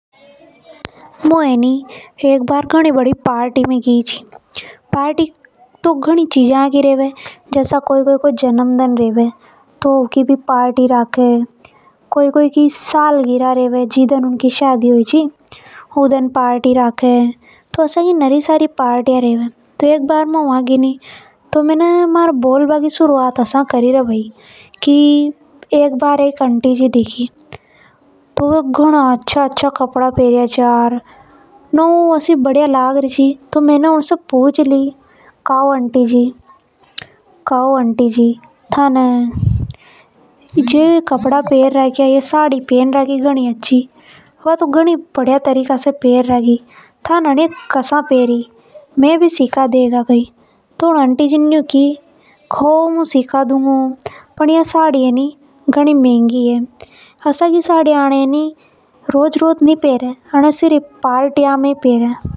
मु है नि एक बार घनी बड़ी पार्टी में गई थी पार्टी तो घनी चीजा की रेवे जसा की कोई-कोई को जन्मदन रेवे तो भी पार्टी राके या फेर कोई कोई की सालगिरह रेवे ऊके लिए भी पार्टी राके एनी तरह से गणी तरह की पार्टियां होवे। तो मु पार्टी में गई तो मैने मारे बोल बा की शुरुवात ऐसा करी कि मै एक आंटीजी दिखी तो वे घणा अच्छा-अच्छा कपड़ा पे रिया था। वे घणी अच्छी लाग इ थी। तो मैने उनसे पुछ ही ली कि का वो आंटी जी थाने ये जो साडी पहन रखी वो कहा से ली थी था ने एनआईए घणा अच्छा तरीका से पहन रखी मै भी सीखा देगा कई।